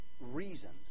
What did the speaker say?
reasons